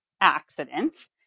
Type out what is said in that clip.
accidents